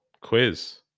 quiz